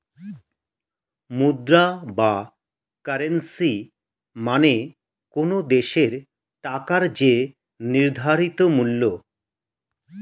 মুদ্রা বা কারেন্সী মানে কোনো দেশের টাকার যে নির্ধারিত মূল্য